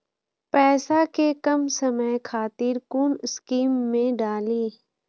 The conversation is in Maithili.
पैसा कै कम समय खातिर कुन स्कीम मैं डाली?